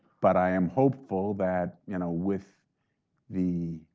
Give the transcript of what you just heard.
but i am hopeful that, you know with the